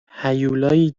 هیولایی